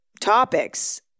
topics